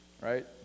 right